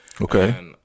Okay